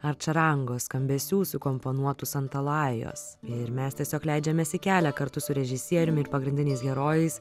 arčarangos skambesių sukomponuotų santalajos ir mes tiesiog leidžiamės į kelią kartu su režisieriumi ir pagrindiniais herojais